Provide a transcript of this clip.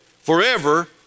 forever